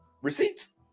Receipts